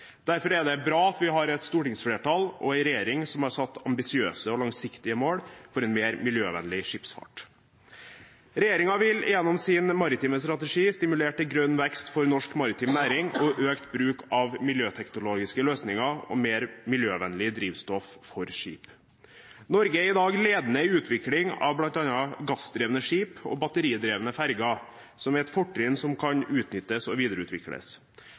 Derfor er det bra at vi har et stortingsflertall og en regjering som har satt ambisiøse og langsiktige mål for en mer miljøvennlig skipsfart. Regjeringen vil gjennom sin maritime strategi stimulere til grønn vekst for norsk maritim næring, økt bruk av miljøteknologiske løsninger og mer miljøvennlig drivstoff for skip. Norge er i dag ledende i utvikling av bl.a. gassdrevne skip og batteridrevne ferger, som er et fortrinn som kan utnyttes og videreutvikles.